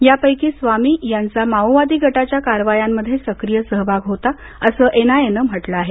यापैकी स्वामी यांचा माओवादी गटाच्या कारवायांमध्ये सक्रिय सहभाग होता असं एनआयए नं म्हटलं आहे